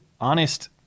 honest